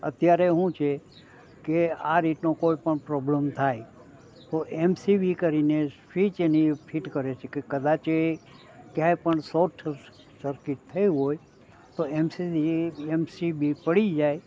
અત્યારે શું છે કે આ રીતનું કોઈપણ પ્રોબ્લેમ થાય તો એમસીવી કરીને સ્વિચ એની ફિટ કરે છે કે કદાચ એ ક્યાંય પણ શોર્ટ સર્કિટ થઈ હોય તો એમસીબી પડી જાય